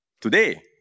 today